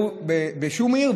בשום עיר,